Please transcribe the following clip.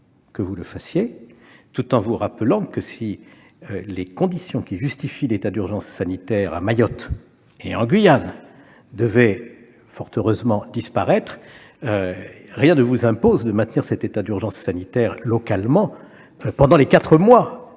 reconduction, tout en vous rappelant que si les conditions qui justifient l'état d'urgence sanitaire à Mayotte et en Guyane devaient fort heureusement disparaître, rien ne vous imposerait alors de maintenir cet état d'urgence sanitaire localement pendant les quatre mois